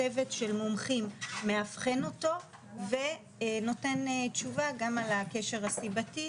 צוות של מומחים מאבחן אותו ונותן תשובה גם על הקשר הסיבתי